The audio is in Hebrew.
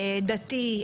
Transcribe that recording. דתי,